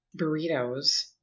burritos